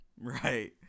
Right